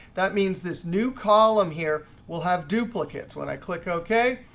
that means this new column here will have duplicates. when i click ok,